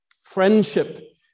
Friendship